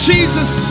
Jesus